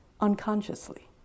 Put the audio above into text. unconsciously